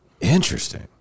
Interesting